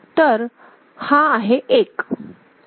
तर हा आहे 1